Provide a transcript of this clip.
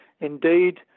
Indeed